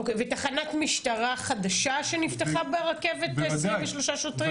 תחנת משטרה חדשה שנפתחה ברכבת עם 23 שוטרים?